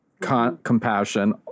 compassion